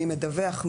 מי מדווח,